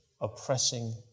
oppressing